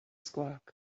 squawk